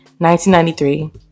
1993